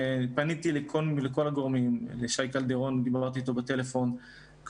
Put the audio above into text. פניתי לכל הגורמים: דיברתי בטלפון עם שי